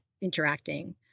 interacting